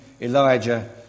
Elijah